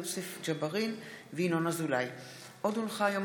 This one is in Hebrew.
יוסף ג'בארין וינון אזולאי בנושא: שנה וחצי לאחר